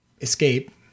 escape